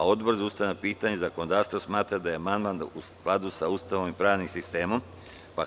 Odbor za ustavna pitanja i zakonodavstvo smatra da je amandman u skladu sa Ustavom i pravnim sistemom Republike Srbije.